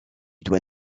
doit